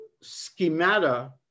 schemata